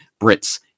Brits